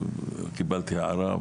קיבלתי הערה,